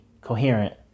coherent